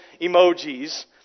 emojis